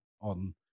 on